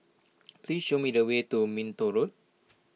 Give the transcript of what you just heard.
please show me the way to Minto Road